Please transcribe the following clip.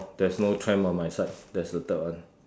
oh there is no tram on my side that's the third one